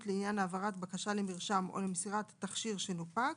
לעניין העברת בקשה למרשם או למסירת תכשיר שנופק,